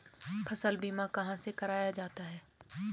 फसल बीमा कहाँ से कराया जाता है?